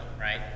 right